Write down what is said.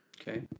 okay